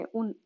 un